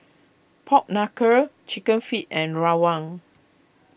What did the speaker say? Pork Knuckle Chicken Feet and Rawon